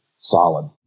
solid